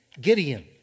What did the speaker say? Gideon